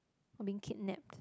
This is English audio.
or being kidnapped